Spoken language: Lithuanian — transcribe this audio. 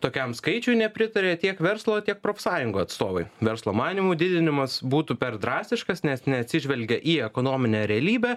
tokiam skaičiui nepritaria tiek verslo tiek profsąjungų atstovai verslo manymu didinimas būtų per drastiškas nes neatsižvelgia į ekonominę realybę